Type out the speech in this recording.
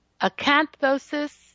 Acanthosis